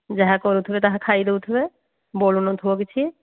ଯାହା କରୁଥିବେ ତାହା ଖାଇ ଦେଉଥିବେ ବଳୁନଥିବ କିଛି